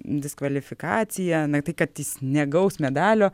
diskvalifikacija tai kad jis negaus medalio